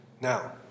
Now